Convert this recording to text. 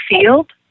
field